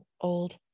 old